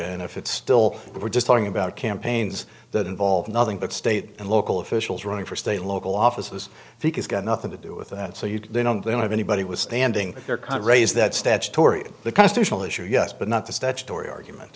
and if it's still we're just talking about campaigns that involve nothing but state and local officials running for state local offices has got nothing to do with that so you don't they don't have anybody was standing there kind of raise that statutory the constitutional issue yes but not the statutory